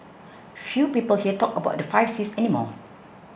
few people here talk about the five Cs any more